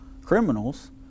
criminals